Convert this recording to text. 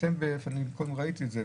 קודם ראיתי את זה,